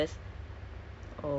a'ah S_U_S_S